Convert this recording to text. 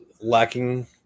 lacking